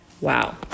Wow